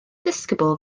disgybl